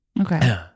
Okay